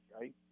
right